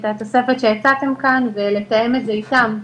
את התוספת שהצעתם כאן ולתאם את זה אתם .